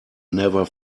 never